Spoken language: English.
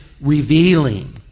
revealing